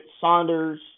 Saunders